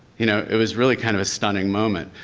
you know, it was really kind of a stunning moment.